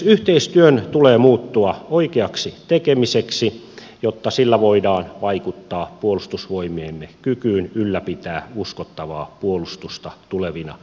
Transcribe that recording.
yhteistyön tulee muuttua oikeaksi tekemiseksi jotta sillä voidaan vaikuttaa puolustusvoimiemme kykyyn ylläpitää uskottavaa puolustusta tulevina vuosikymmeninä